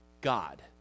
God